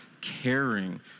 caring